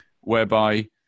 whereby